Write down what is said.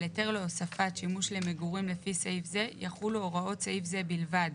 על היתר להוספת שימוש למגורים לפי סעיף זה יחולו הוראות סעיף זה בלבד